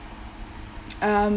um